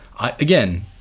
again